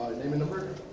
name and number.